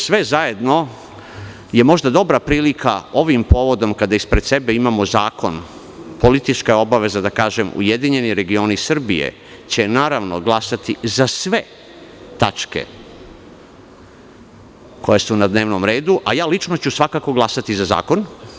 Sve zajedno je možda dobra prilika ovim povodom kada ispred sebe imamo zakon, politička je obaveza da kažem URS će, naravno, glasati za sve tačke koje su na dnevnom redu, a ja lično ću svakako glasati za zakon.